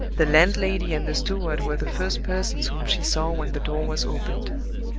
the landlady and the steward were the first persons whom she saw when the door was opened.